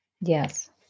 Yes